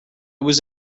was